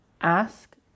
Ask